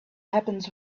happens